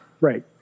Right